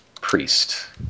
priest